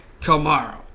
Tomorrow